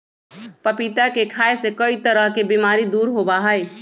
पपीता के खाय से कई तरह के बीमारी दूर होबा हई